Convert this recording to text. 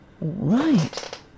Right